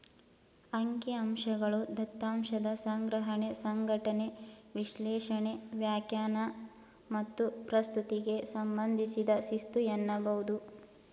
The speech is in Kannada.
ಅಂಕಿಅಂಶಗಳು ದತ್ತಾಂಶದ ಸಂಗ್ರಹಣೆ, ಸಂಘಟನೆ, ವಿಶ್ಲೇಷಣೆ, ವ್ಯಾಖ್ಯಾನ ಮತ್ತು ಪ್ರಸ್ತುತಿಗೆ ಸಂಬಂಧಿಸಿದ ಶಿಸ್ತು ಎನ್ನಬಹುದು